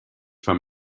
from